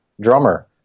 drummer